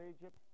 Egypt